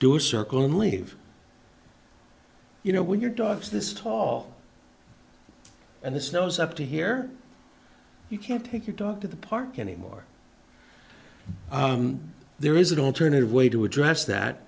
a circle and leave you know when your dogs this tall and this nose up to here you can't take your dog to the park anymore there is an alternative way to address that